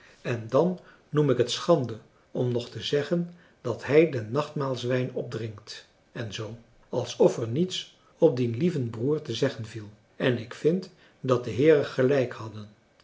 en dan noem ik het schande om nog te zeggen dat hij den nachtmaalswijn opdrinkt en zoo alsof er niets op dien lieven broer te zeggen viel en ik vind dat de heeren gelijk hadden